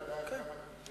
כן.